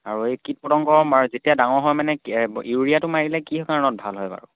আৰু এই কীট পতংগ মাৰি যেতিয়া ডাঙৰ হয় মানে ইউৰিয়াটো মাৰিলে কি হয় কাৰণত ভাল হয় বাৰু